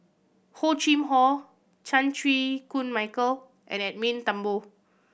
Hor Chim Or Chan Chew Koon Michael and Edwin Thumboo